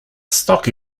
stock